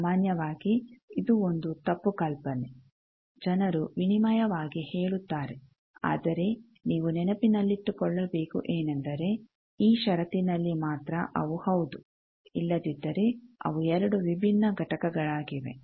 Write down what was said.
ಸಾಮಾನ್ಯವಾಗಿ ಇದು ಒಂದು ತಪ್ಪು ಕಲ್ಪನೆ ಜನರು ವಿನಿಮಯವಾಗಿ ಹೇಳುತ್ತಾರೆ ಆದರೆ ನೀವು ನೆನಪಿನಲ್ಲಿಟ್ಟುಕೊಳ್ಳಬೇಕು ಏನೆಂದರೆ ಈ ಷರತ್ತಿನಲ್ಲಿ ಮಾತ್ರ ಅವು ಹೌದು ಇಲ್ಲದಿದ್ದರೆ ಅವು 2 ವಿಭಿನ್ನ ಘಟಕಗಳಾಗಿವೆ